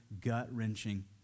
gut-wrenching